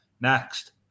next